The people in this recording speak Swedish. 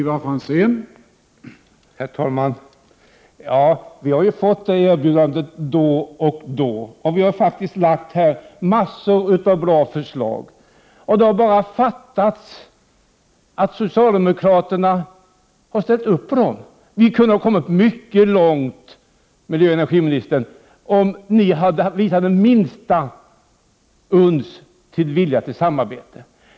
Herr talman! Vi har ju fått detta erbjudande då och då, och vi har faktiskt lagt fram mängder av bra förslag. Det har bara fattats att socialdemokraterna hade ställt upp för dem. Vi kunde ha kommit mycket långt, miljöoch energiministern, om ni hade visat det minsta uns av vilja till samarbete.